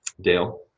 Dale